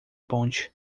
ponte